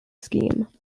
scheme